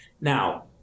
Now